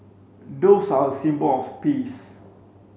doves are a symbol of peace